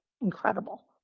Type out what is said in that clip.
incredible